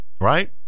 right